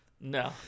No